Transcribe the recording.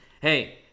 hey